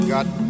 Got